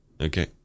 okay